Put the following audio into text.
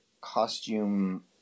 costume